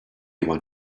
want